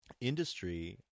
industry